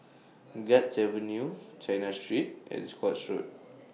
Guards Avenue China Street and Scotts Road